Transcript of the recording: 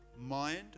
mind